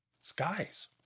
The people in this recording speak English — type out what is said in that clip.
skies